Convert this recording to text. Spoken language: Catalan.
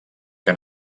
que